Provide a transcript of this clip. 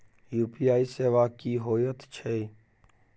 UPI सेवा की होयत छै?